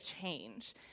change